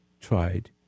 tried